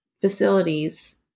facilities